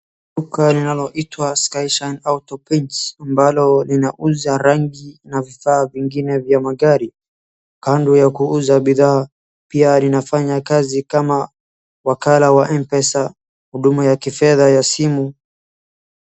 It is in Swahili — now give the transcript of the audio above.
Duka linaloitwa Sky Shine Auto Paints ambalo linauza rangii na vifaa vingine vya magari , kando ya kuuza bidhaa, pia linafanya kazi kama wakala wa mpesa huduma ya kifedhaa ya simu